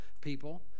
people